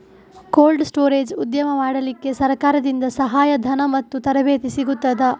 Cold storage ಉದ್ಯಮ ಮಾಡಲಿಕ್ಕೆ ಸರಕಾರದಿಂದ ಸಹಾಯ ಧನ ಮತ್ತು ತರಬೇತಿ ಸಿಗುತ್ತದಾ?